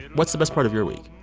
what's the best part of your week?